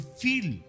feel